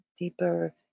Deeper